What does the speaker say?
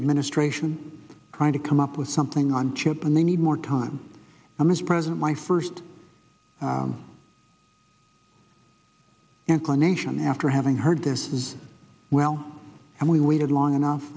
administration trying to come up with something on children they need more time on is present my first inclination after having heard this is well and we waited long enough